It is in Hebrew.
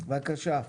בבקשה.